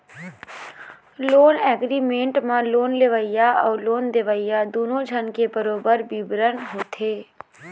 loan agreement म loan लेवइया अउ लोन देवइया दूनो झन के बरोबर बिबरन होथे